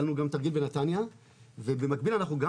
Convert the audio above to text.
היה לנו גם תרגיל בנתניה ובמקביל אנחנו גם